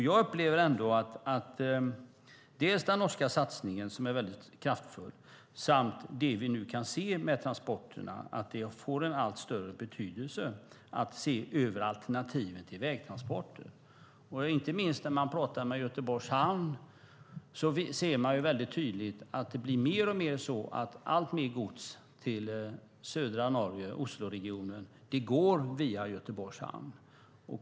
Jag upplever att den norska satsningen är kraftfull, och det vi kan se med transporterna får en allt större betydelse för att se över alternativen till vägtransporter. Inte minst när man talar med representanter för Göteborgs Hamn syns det tydligt att mer och mer gods till södra Norge och Osloregionen går via Göteborgs Hamn.